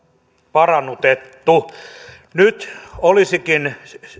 parannutettu nyt olisikin